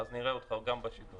יש את הסיפור